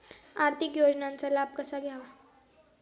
आर्थिक योजनांचा लाभ कसा घ्यावा?